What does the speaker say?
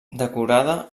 decorada